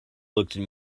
looked